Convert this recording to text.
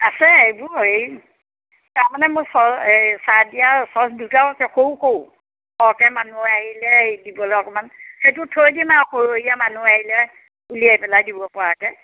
আছে এইবোৰ হেৰি তাৰমানে মোৰ চাহদিয়া ছচ দুটাও আছে সৰু সৰু সৰহকৈ মানুহ আহিলে এই দিবলৈ অকণমান সেইটো থৈ দিম আৰু সৰহীয়া মানুহ আহিলে উলিয়াই পেলাই দিব পৰাকৈ